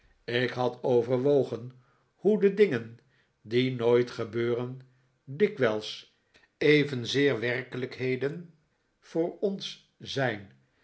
ik had overwogen hoe de dingen die nooit gebeuren dikwijls evenzeer werkelijkheden voor ons zijn